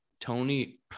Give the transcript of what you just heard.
Tony –